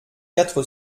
quatre